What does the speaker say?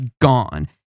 gone